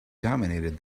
dominated